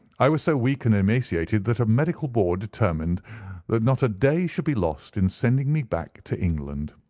i was so weak and emaciated that a medical board determined that not a day should be lost in sending me back to england.